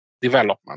development